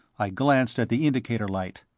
i glanced at the indicator light.